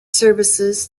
services